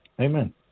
Amen